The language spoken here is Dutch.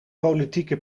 politieke